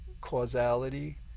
causality